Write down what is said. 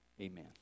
Amen